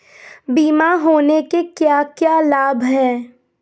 बीमा होने के क्या क्या लाभ हैं?